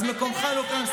מקומך לא כאן,